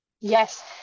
yes